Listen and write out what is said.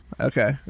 Okay